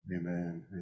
amen